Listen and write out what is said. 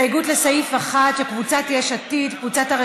לסעיף 1, של חברי הכנסת קארין